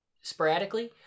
sporadically